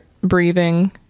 breathing